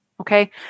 Okay